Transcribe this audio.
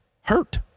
hurt